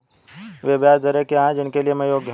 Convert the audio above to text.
वे ब्याज दरें क्या हैं जिनके लिए मैं योग्य हूँ?